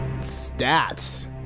stats